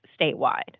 statewide